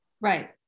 right